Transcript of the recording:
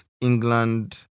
England